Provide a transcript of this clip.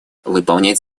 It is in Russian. выполнять